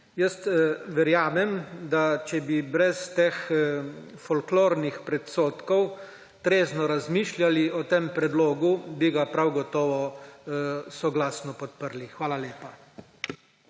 Jaz verjamem, da če bi brez teh folklornih predsodkov trezno razmišljali o tem predlogu bi ga prav gotovo soglasno podprli. Hvala lepa.